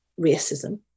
racism